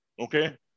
okay